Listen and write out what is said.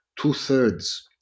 two-thirds